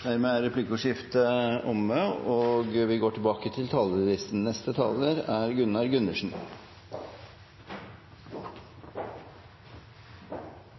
Replikkordskiftet er omme. De talere som heretter får ordet, har en taletid på inntil 3 minutter. Jeg vet ikke om det er